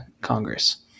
Congress